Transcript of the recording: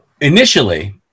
initially